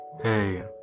hey